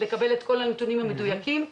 לקבל את כל הנתונים המדויקים,